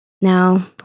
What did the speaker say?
now